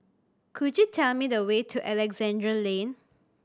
could you tell me the way to Alexandra Lane